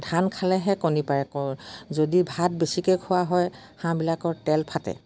ধান খালেহে কণী পাৰে যদি ভাত বেছিকে খোৱা হয় হাঁহবিলাকৰ তেল ফাটে